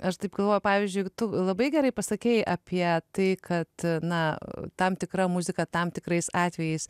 aš taip galvoju pavyzdžiui tu labai gerai pasakei apie tai kad na tam tikra muzika tam tikrais atvejais